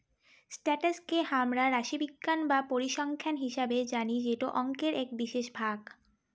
status কে হামরা রাশিবিজ্ঞান বা পরিসংখ্যান হিসেবে জানি যেটো অংকের এক বিশেষ ভাগ